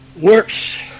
Works